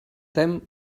tem